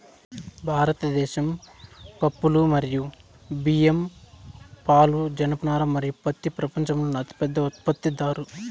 భారతదేశం పప్పులు, బియ్యం, పాలు, జనపనార మరియు పత్తి ప్రపంచంలోనే అతిపెద్ద ఉత్పత్తిదారు